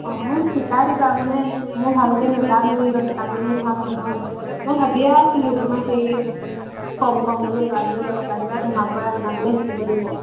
অ শিকাই দিবা মানে মই ভালকৈ নাজানোৱে লচকৰাটো মোৰ ভাল নহয় মই ভাবিয়ে আছিলোঁ তোমাক হেৰি ক'ম ক'ম বুলি এইবাৰ বোলো লচকৰাকেইটা তোমাৰ পৰাই বনাবলৈ শিকিব লাগিব